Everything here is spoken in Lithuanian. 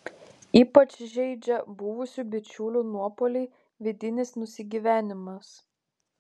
ypač žeidžia buvusių bičiulių nuopuoliai vidinis nusigyvenimas